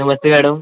नमस्ते madam